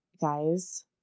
guys